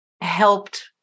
helped